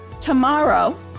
tomorrow